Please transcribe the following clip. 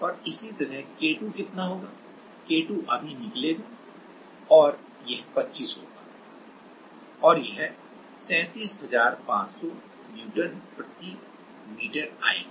और इसी तरह K2 कितना होगा K2 अभी निकलेगा और यह 25 होगा और यह 37500 न्यूटन प्रति मीटर आएगा